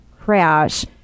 crash